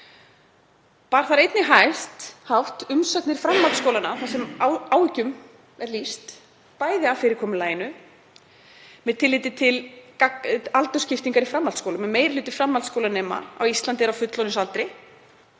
Bar þar einnig hátt umsagnir framhaldsskólanna þar sem áhyggjum er lýst af fyrirkomulaginu með tilliti til aldursskiptingar í framhaldsskólum en meiri hluti framhaldsskólanema á Íslandi er á fullorðinsaldri,